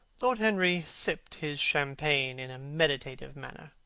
lord henry sipped his champagne in a meditative manner.